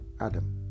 Adam